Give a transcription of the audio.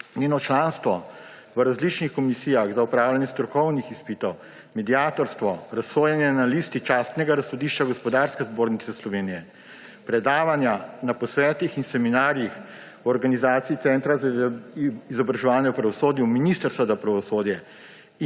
njeno članstvo v različnih komisijah za opravljanje strokovnih izpitov, mediatorstvo, razsojanje na listi Častnega razsodišča Gospodarske zbornice Slovenije, predavanja na posvetih in seminarjih v organizaciji Centra za izobraževanje v pravosodju Ministrstva za pravosodje